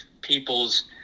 people's